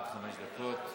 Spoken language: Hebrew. עד חמש דקות.